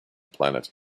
planet